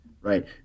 Right